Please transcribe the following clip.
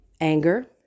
anger